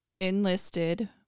enlisted